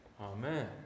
Amen